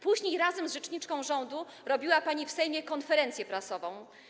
Później razem z rzeczniczką rządu robiła pani w Sejmie konferencję prasową.